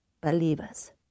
believers